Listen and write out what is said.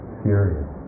furious